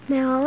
Now